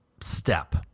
step